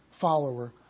follower